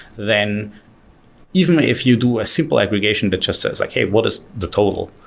then even if you do a simple aggregation that just says like, hey, what is the total?